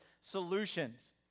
solutions